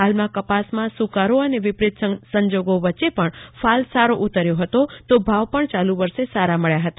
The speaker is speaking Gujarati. હાલમાં કપાસમાં સુકારો અને વિપરીત સંજોગો વચ્ચે પણ ફાલ સારો ઉતર્યો હતો તો ભાવ પણ ચાલુ વર્ષે સારા મળ્યા હતા